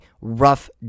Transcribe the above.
rough